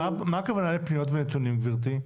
מה הכוונה לפניות ונתונים, גבירתי?